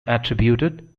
attributed